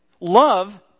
Love